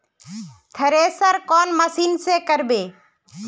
Thresher कौन machine से करबे?